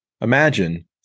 Imagine